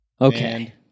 Okay